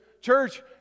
church